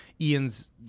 ian's